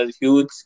huge